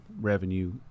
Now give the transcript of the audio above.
revenue